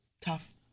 Tough